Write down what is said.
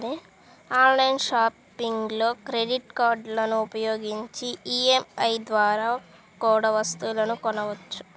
online షాపింగ్లో credit కార్డులని ఉపయోగించి ఈ.ఎం.ఐ ద్వారా కూడా వస్తువులను కొనొచ్చు